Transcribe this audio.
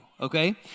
Okay